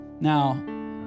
Now